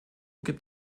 gibt